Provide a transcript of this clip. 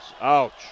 Ouch